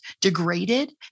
degraded